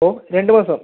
ഓ രണ്ട് മാസം